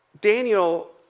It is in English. Daniel